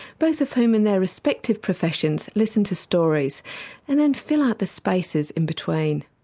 both of whom in their respective professions listen to stories and then fill out the spaces in between.